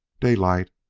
daylight,